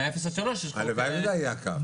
מ-0 עד 3 יש חוק, הלוואי וזה היה כך,